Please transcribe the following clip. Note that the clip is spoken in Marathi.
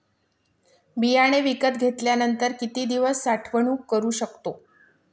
बियाणे विकत घेतल्यानंतर किती दिवस साठवणूक करू शकतो?